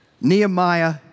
Nehemiah